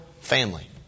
family